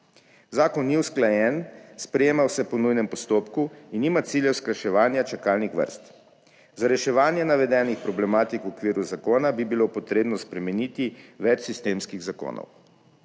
Zakon ni usklajen, sprejema se po nujnem postopku in nima cilja skrajševanja čakalnih vrst. Za reševanje navedenih problematik v okviru zakona bi bilo potrebno spremeniti več sistemskih zakonov.